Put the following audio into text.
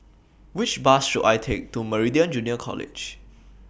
Which Bus should I Take to Meridian Junior College